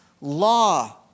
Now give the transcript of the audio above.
law